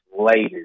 later